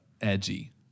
edgy